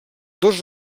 dos